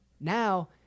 Now